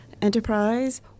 enterprise